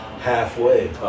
halfway